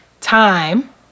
Time